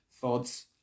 Thoughts